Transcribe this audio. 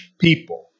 people